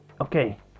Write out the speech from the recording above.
okay